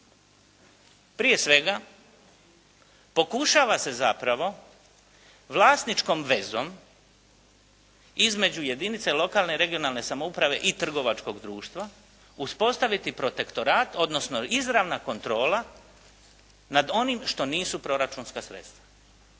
Prije svega, pokušava se zapravo vlasničkom vezom između jedinica lokalne i regionalne samouprave i trgovačkog društva uspostaviti protektorat, odnosno izravna kontrola nad onim što nisu proračunska sredstva.